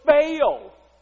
fail